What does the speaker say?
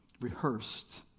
rehearsed